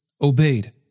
obeyed